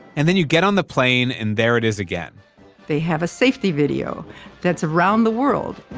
and then you get on the plane and there it is again they have a safety video that's around the world.